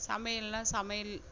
சமையல்னா சமையல்